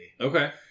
okay